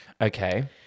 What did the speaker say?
Okay